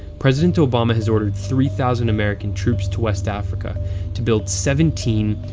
president obama has ordered three thousand american troops to west africa to build seventeen,